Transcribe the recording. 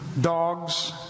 dogs